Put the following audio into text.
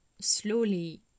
slowly